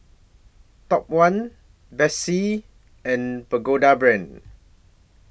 Top one Betsy and Pagoda Brand